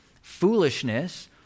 Foolishness